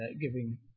giving